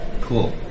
Cool